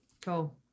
Cool